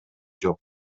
жок